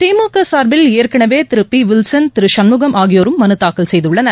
திமுகசார்பில் ஏற்கனவேதிருபிவில்சன் திருசண்முகம் ஆகியோரும் மனுதாக்கல் செய்கள்ளனர்